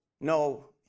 No